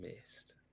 missed